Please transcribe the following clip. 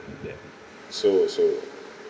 that so so